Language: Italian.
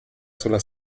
sulla